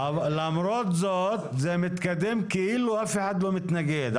למרות זאת זה מתקדם כאילו אף אחד לא מתנגד.